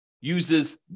uses